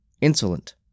insolent